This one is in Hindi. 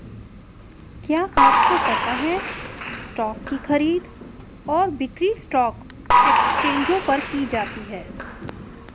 क्या आपको पता है स्टॉक की खरीद और बिक्री स्टॉक एक्सचेंजों पर की जाती है?